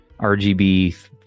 RGB